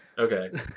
Okay